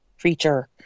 creature